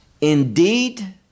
indeed